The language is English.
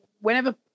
whenever